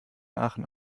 aachen